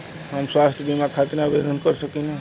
हम स्वास्थ्य बीमा खातिर आवेदन कर सकीला?